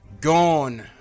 gone